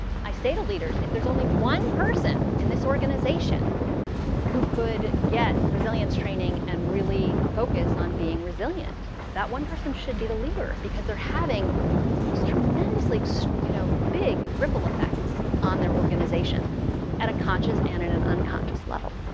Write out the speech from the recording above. i say to leaders, if there's only one person in this organization who could get resilience training and really focus on being resilient, that one person should be the leader because they're having these tremendously you know big ripple effects on their organization at a conscious and at an unconscious level.